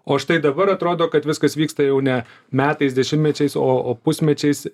o štai dabar atrodo kad viskas vyksta jau ne metais dešimtmečiais o o pusmečiais